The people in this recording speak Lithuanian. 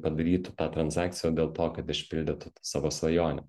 padarytų tą tranzakciją o dėl to kad išpildytų tą savo svajonę